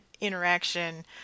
interaction